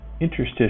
interstitial